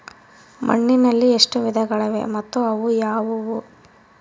ಮಣ್ಣಿನಲ್ಲಿ ಎಷ್ಟು ವಿಧಗಳಿವೆ ಮತ್ತು ಅವು ಯಾವುವು?